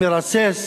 מרסס,